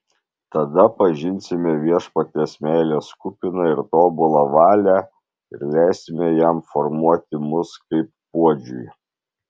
tada pažinsime viešpaties meilės kupiną ir tobulą valią ir leisime jam formuoti mus kaip puodžiui